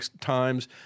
times